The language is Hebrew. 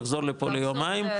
לחזור לפה ליומיים,